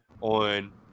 on